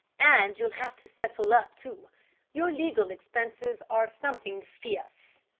and you'll have to settle up, too your legal expenses are something fierce.